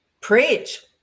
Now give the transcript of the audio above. preach